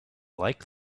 like